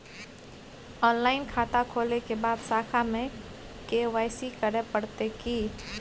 Online खाता खोलै के बाद शाखा में के.वाई.सी करे परतै की?